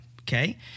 okay